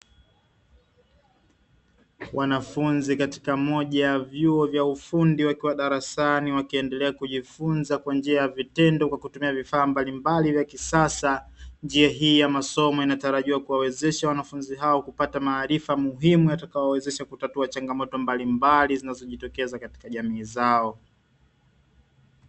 Wanafunzi katika moja ya vyuo vya ufundi, wakiwa darasani wakiendelea kujifunza kwa njia ya vitendo kwa kutumia vifaa mbalimbali vya kisasa. Njia hii ya masomo inatarajiwa kuwawezesha wanafunzi hao kupata maarifa muhimu, yatakayowawezesha kutatua changamoto mbalimbali zinazojitokeza katika jamii zao.